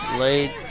Late